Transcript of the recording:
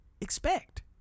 expect